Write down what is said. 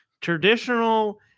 Traditional